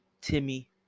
timmy